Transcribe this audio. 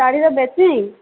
ଶାଢ଼ୀ ତ ବେଚି